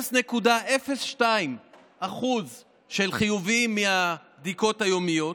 0.02% חיוביים מהבדיקות היומיות.